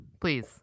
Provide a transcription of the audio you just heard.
please